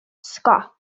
scott